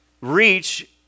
reach